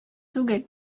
түгел